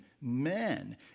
men